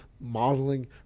modeling